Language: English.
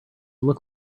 look